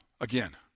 again